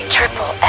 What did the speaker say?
Triple